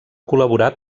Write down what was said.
col·laborar